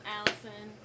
Allison